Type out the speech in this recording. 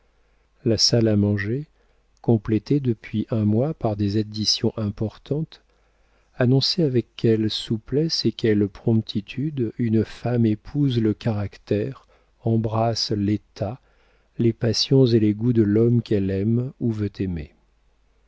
la salle à manger complétée depuis un mois par des additions importantes annonçait avec quelle souplesse et quelle promptitude une femme épouse le caractère embrasse l'état les passions et les goûts de l'homme qu'elle aime ou veut aimer